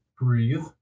Breathe